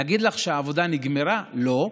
להגיד לך שהעבודה נגמרה, לא,